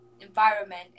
environment